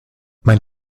mein